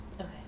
Okay